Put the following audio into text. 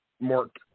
mark